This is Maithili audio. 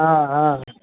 हँ हँ